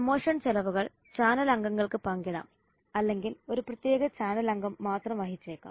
promotion ചെലവുകൾ channel അംഗങ്ങൾക്ക് പങ്കിടാം അല്ലെങ്കിൽ ഒരു പ്രത്യേക ചാനൽ അംഗം മാത്രം വഹിച്ചേക്കാം